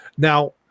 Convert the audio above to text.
Now